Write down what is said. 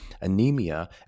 anemia